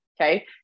Okay